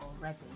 already